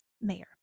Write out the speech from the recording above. mayor